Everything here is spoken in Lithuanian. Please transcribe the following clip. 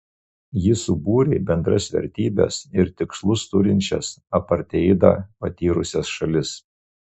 ji subūrė bendras vertybes ir tikslus turinčias apartheidą patyrusias šalis